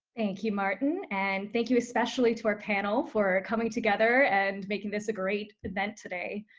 thank you martin, and thank you especially to our panel for coming together and making this a great event today.